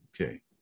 Okay